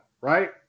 right